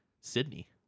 sydney